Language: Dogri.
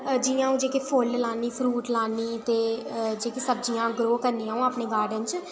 जि'यां अ'ऊं जेह्के फुल्ल लान्नी फरूट लान्नी ते जेह्कियां सब्जियां ग्रो करनी आं अ'ऊं अपने गार्डन च